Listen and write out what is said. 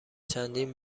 چندین